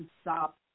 stop